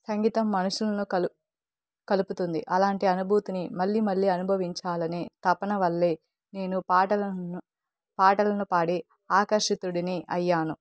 సంగీతం మనుషులను కలు కలుపుతుంది అలాంటి అనుభూతిని మళ్ళీ మళ్ళీ అనుభవించాలని తపన వల్లే నేను పాటలను పాటలను పాడి ఆకర్షితుడిని అయ్యాను